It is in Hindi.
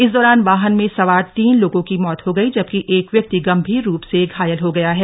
इस दौरान वाहन में सवार तीन लोगों की मौत हो गई जबकि एक व्यक्ति गंभीर रूप से घायल हो गया है